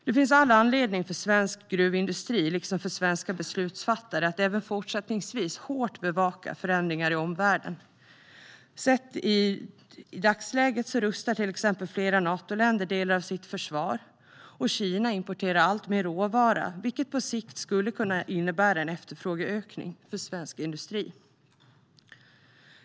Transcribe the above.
Det finns all anledning för svensk gruvindustri liksom för svenska beslutsfattare att även fortsättningsvis hårt bevaka förändringar i omvärlden. I dagsläget rustar till exempel flera Natoländer delar av sitt försvar, och Kina importerar alltmer råvara, vilket på sikt skulle kunna innebära en efterfrågeökning hos svensk industri.